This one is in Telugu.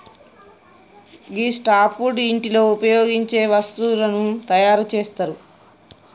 గీ సాప్ట్ వుడ్ ఇంటిలో ఉపయోగించే వస్తువులను తయారు చేస్తరు